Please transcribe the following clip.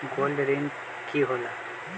Gold ऋण की होला?